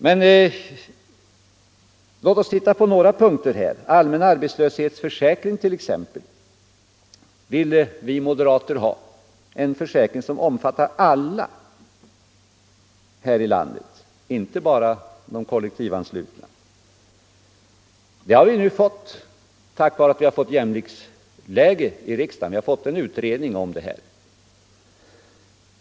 Med anledning av herrar Hermanssons och Asplings anföranden kanske även jag bör nämna några saker. Moderaterna vill ha en allmän arbetslöshetsförsäkring som omfattar alla människor, inte bara de kollektivanslutna. Tack vare jämviktsläget i riksdagen har vi nu fått en utredning härom.